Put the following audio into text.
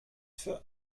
für